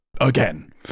again